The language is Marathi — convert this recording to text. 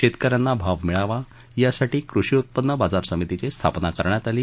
शेतकऱ्यांना भाव मिळावा यासाठी कृषी उत्पन्न बाजार समितीची स्थापना करण्यात आली